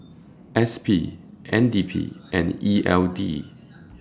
S P N D P and E L D